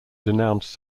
denounce